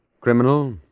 Criminal